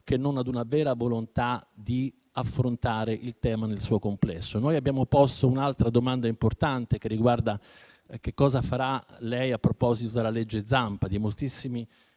che non ad una vera volontà di affrontare il tema del suo complesso. Noi abbiamo posto un'altra domanda importante che riguarda che cosa farà lei a proposito della cosiddetta legge Zampa, dei moltissimi